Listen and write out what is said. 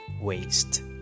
waste